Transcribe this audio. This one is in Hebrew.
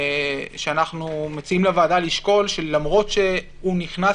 אנחנו מציעים לוועדה לשקול למרות שהוא נכנס